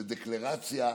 זאת דקלרציה,